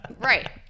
Right